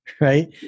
right